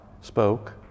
spoke